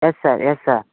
yes sir yes sir